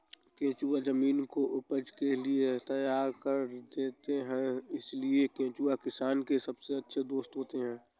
केंचुए जमीन को उपज के लिए तैयार कर देते हैं इसलिए केंचुए किसान के सबसे अच्छे दोस्त होते हैं